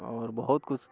आओर बहुत किछु